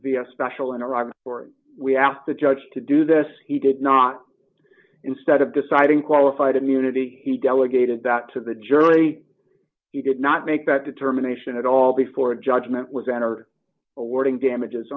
the special in iraq or we asked the judge to do this he did not instead of deciding qualified immunity he delegated that to the jury he did not make that determination at all before a judgment was entered awarding damages